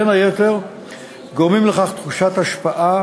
בין היתר גורמים לכך היעדר תחושת השפעה,